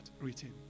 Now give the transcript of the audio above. written